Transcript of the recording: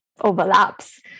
overlaps